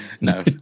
No